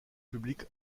publics